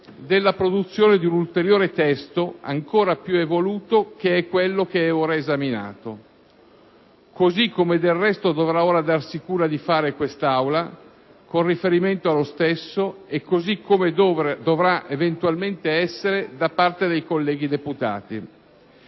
della produzione di un ulteriore testo, ancora più evoluto, che è quello che è ora esaminato. Così come, del resto, dovrà ora darsi cura di fare quest'Aula, con riferimento allo stesso, e così come dovrà eventualmente essere da parte dei colleghi deputati